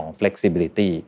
flexibility